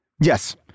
Yes